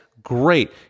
Great